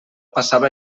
passava